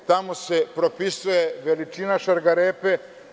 Tamo se propisuje veličina šargarepe.